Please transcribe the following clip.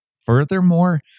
Furthermore